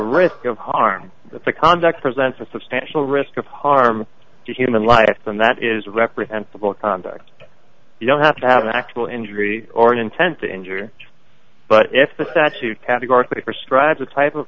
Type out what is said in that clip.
risk of harm if the conduct presents a substantial risk of harm to human life and that is reprehensible conduct you don't have to have an actual injury or an intent to injure but if the statute categorically prescribes a type of